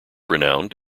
renowned